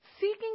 seeking